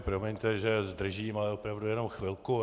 Promiňte, že zdržím, ale opravdu jenom chvilku.